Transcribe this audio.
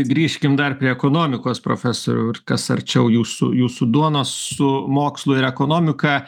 grįžkim dar prie ekonomikos profesoriau ir kas arčiau jūsų jūsų duonos su mokslu ekonomika